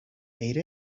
ate